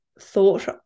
thought